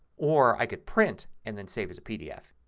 or i can print and then save as a pdf.